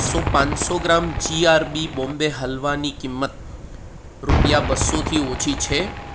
શું પાંચસો gram GRB Bombay હલવાની કિંમત રૂપિયા બસોથી ઓછી છે